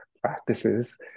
practices